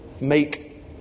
make